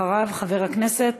אחריו, חבר הכנסת